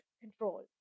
Control